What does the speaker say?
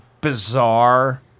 bizarre